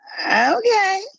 Okay